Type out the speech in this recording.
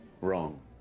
wrong